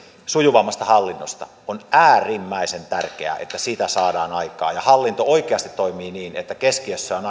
sujuvammasta hallinnosta on äärimmäisen tärkeää että sitä saadaan aikaan ja hallinto oikeasti toimii niin että keskiössä on